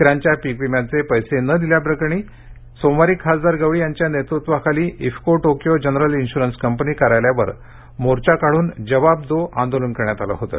शेतकऱ्यांच्या पीकविम्याचे पैसे न दिल्याप्रकरणी सोमवारी खासदार गवळी यांच्या नेतृत्वाखाली IFFCO Tokyo general insurance company कार्यालयावर मोर्चा काढून जवाब दो आंदोलन करण्यात आलं होतं